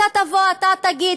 אתה תבוא ותגיד,